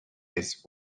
this